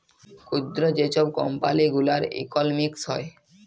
ক্ষুদ্র যে ছব কম্পালি গুলার ইকলমিক্স হ্যয়